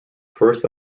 first